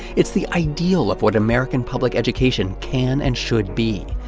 it's the ideal of what american public education can and should be,